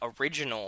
original